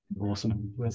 Awesome